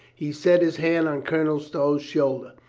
he set his hand on colonel stow's shoulder.